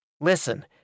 Listen